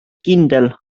kindel